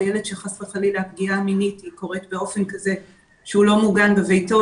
וילד שחלילה הפגיעה המינית קורית באופן כזה שהוא לא מוגן בביתו,